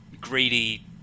greedy